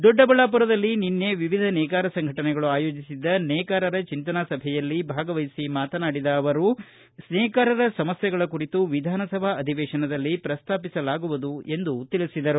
ದೊಡ್ಡಬಳ್ಳಾಮರದಲ್ಲಿ ನಿನ್ನೆ ವಿವಿಧ ನೇಕಾರ ಸಂಘಟನೆಗಳು ಆಯೋಜಿಸಿದ್ದ ನೇಕಾರರ ಚಿಂತನಾ ಸಭೆಯಲ್ಲಿ ಭಾಗವಹಿಸಿ ಮಾತನಾಡಿದ ಅವರು ನೇಕಾರರ ಸಮಸ್ವೆಗಳ ಕುರಿತು ವಿಧಾನಸಭಾ ಅಧಿವೇಶನದಲ್ಲಿ ಪ್ರಸ್ತಾಪಿಸಲಾಗುವುದು ಎಂದರು